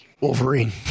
Wolverine